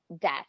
death